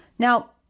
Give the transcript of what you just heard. Now